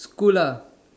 school lah